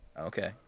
Okay